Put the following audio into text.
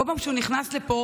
כל פעם שהוא נכנס לפה